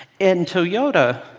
in toyota,